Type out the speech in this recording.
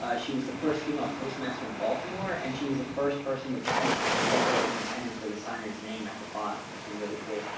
ah she was the first female postmaster in baltimore, and she was the first person to print the declaration independence with the signers name at the bottom, which is really cool.